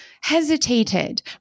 hesitated